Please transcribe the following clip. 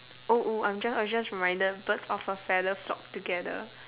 oh oh I am I am just reminded birds of a feather flock together